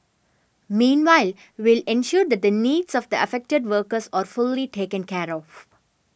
meanwhile will ensure that the needs of the affected workers are fully taken care of